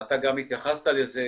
אתה גם התייחסת לזה,